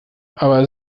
aber